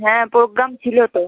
হ্যাঁ প্রোগ্রাম ছিল তো